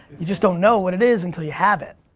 you just don't know what it is until you have it.